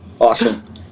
Awesome